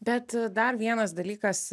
bet dar vienas dalykas